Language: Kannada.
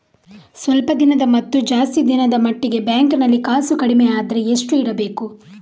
ಸ್ವಲ್ಪ ದಿನದ ಮತ್ತು ಜಾಸ್ತಿ ದಿನದ ಮಟ್ಟಿಗೆ ಬ್ಯಾಂಕ್ ನಲ್ಲಿ ಕಾಸು ಕಡಿಮೆ ಅಂದ್ರೆ ಎಷ್ಟು ಇಡಬೇಕು?